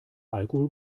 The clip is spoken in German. alkohol